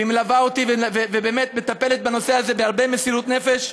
והיא מלווה אותי ובאמת מטפלת בנושא הזה בהרבה מסירות נפש.